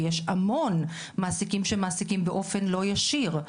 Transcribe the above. כי יש המון מעסיקים שמעסיקים באופן לא ישיר,